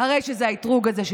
אבל קצת קצת כבוד לבית הזה.